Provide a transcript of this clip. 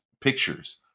pictures